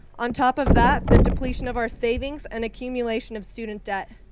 on top of that, the depletion of our savings and accumulation of student debt.